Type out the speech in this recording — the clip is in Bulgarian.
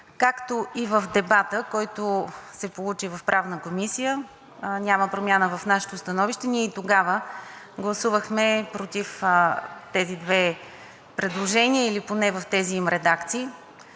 както и за дебата, който се получи в Правната комисия. Няма промяна в нашето становище, ние и тогава гласувахме против тези две предложения или поне в тези им редакции.